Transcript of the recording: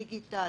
של דיגיטל,